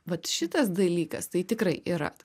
vat šitas dalykas tai tikrai yra